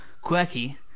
quirky